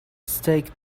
stick